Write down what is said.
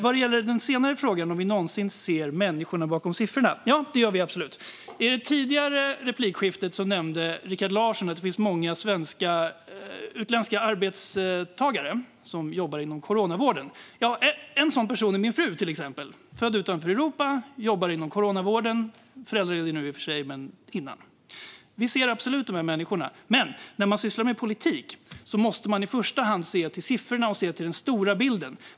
Vad gäller den senare frågan, om vi någonsin ser människorna bakom siffrorna är svaret: Ja, det gör vi absolut. I det tidigare replikskiftet nämnde Rikard Larsson att det finns många utländska arbetstagare som jobbar inom coronavården. En sådan person är min fru. Hon är född utanför Europa och jobbar inom coronavården. Nu är hon i och för sig föräldraledig, men hon gjorde det innan dess. Vi ser absolut de här människorna, men när man sysslar med politik måste man i första hand se till siffrorna och den stora bilden.